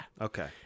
Okay